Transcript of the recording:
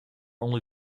only